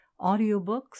audiobooks